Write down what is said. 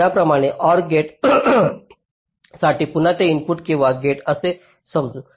त्याचप्रमाणे OR gate साठी पुन्हा हे इनपुट किंवा गेट असे समजू